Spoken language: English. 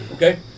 Okay